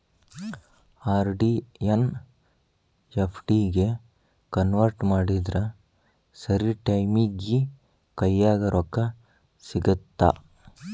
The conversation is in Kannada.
ಆರ್.ಡಿ ಎನ್ನಾ ಎಫ್.ಡಿ ಗೆ ಕನ್ವರ್ಟ್ ಮಾಡಿದ್ರ ಸರಿ ಟೈಮಿಗಿ ಕೈಯ್ಯಾಗ ರೊಕ್ಕಾ ಸಿಗತ್ತಾ